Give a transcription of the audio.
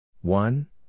one